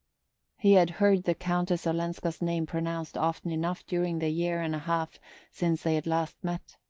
he had heard the countess olenska's name pronounced often enough during the year and a half since they had last met,